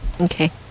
Okay